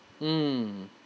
mm